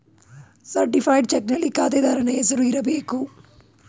certified ಚಕ್ನಲ್ಲಿ ಖಾತೆದಾರನ ಹೆಸರು ಇರಬೇಕು